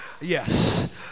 Yes